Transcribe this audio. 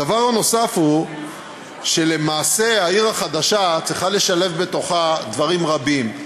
הדבר הנוסף הוא שלמעשה העיר החדשה צריכה לשלב בתוכה דברים רבים.